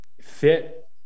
fit